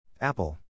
Apple